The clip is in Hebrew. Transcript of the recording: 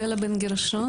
בלה בן גרשון,